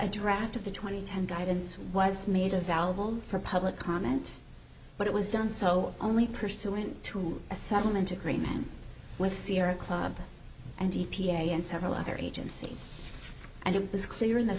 a draft of the twenty ten guidance was made a valuable for public comment but it was done so only pursuant to a settlement agreement with sierra club and e p a and several other agencies and it was clear in the